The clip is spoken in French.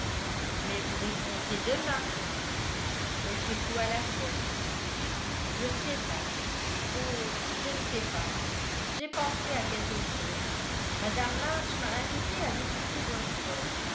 mais vous répondrez demain elle secoua la tête je ne sais pas oh je ne sais pas j'ai pensé à quelque chose mme march m'a invitée à visiter boston